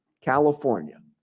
California